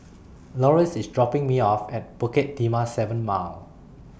Loris IS dropping Me off At Bukit Timah seven Mile